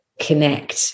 connect